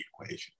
equation